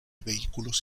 vehículos